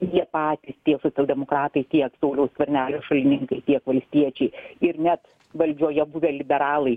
jie patys tiek socialdemokratai tiek sauliaus skvernelio šalininkai tiek valstiečiai ir net valdžioje buvę liberalai